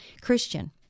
Christian